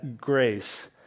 grace